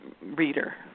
reader